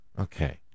Okay